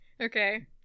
okay